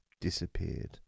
disappeared